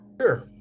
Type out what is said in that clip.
Sure